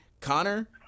Connor